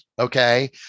Okay